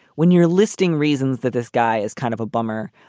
when you're listing reasons that this guy is kind of a bummer.